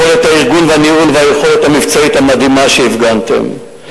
יכולת הארגון והניהול והיכולת המבצעית המדהימה שהפגנתם.